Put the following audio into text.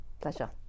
Pleasure